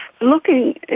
looking